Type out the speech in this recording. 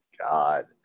god